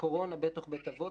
קורונה בתוך בית אבות,